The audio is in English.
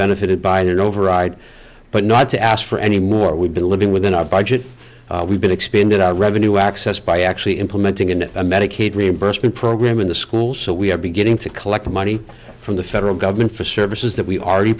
benefited by an override but not to ask for any more we've been living within our budget we've been expanded our revenue access by actually in medicaid reimbursement program in the school so we are beginning to collect money from the federal government for services that we already